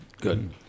Good